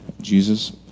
Jesus